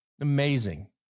Amazing